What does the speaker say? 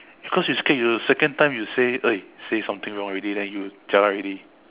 because you scared you second time you say !oi! say something wrong already then you jialat already